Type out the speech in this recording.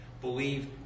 believe